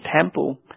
temple